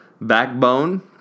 backbone